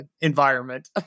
environment